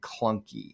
clunky